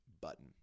button